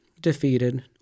defeated